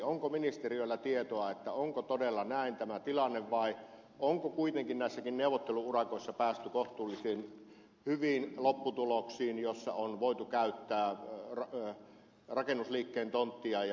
onko ministeriöllä tietoa onko todella näin tämä tilanne vai onko kuitenkin näissä neuvottelu urakoissakin päästy kohtuullisen hyviin lopputuloksiin joissa on voitu käyttää rakennusliikkeen tonttia ja valmiita suunnitelmia